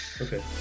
Okay